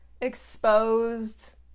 exposed